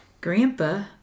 Grandpa